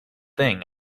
thing